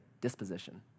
disposition